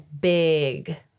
big